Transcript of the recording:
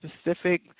specific